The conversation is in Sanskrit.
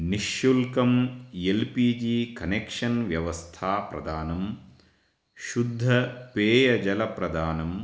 निःशुल्कं एल् पी जी कनेक्षन् व्यवस्था प्रदानं शुद्धं पेयजलप्रदानं